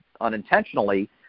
unintentionally